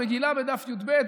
במגילה בדף י"ב,